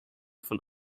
von